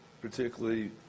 particularly